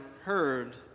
heard